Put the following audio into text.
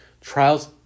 trials